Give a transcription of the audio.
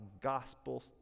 gospel